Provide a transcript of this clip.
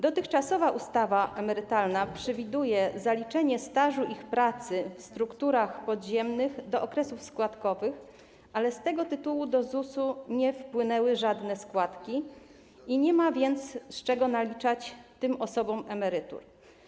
Dotychczasowa ustawa emerytalna przewiduje zaliczenie stażu ich pracy w strukturach podziemnych do okresów składkowych, ale z tego tytułu do ZUS-u nie wpłynęły żadne składki i nie ma z czego naliczać tym osobom emerytur.